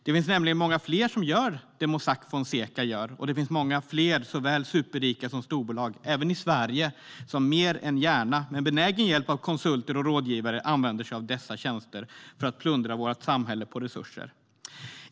Det finns nämligen många fler som gör det Mossack Fonseca gör, och det finns många fler, såväl superrika som storbolag, även i Sverige, som mer än gärna, med benägen hjälp av konsulter och rådgivare, använder sig av dessa tjänster för att plundra vårt samhälle på resurser.